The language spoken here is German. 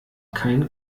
kein